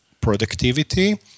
productivity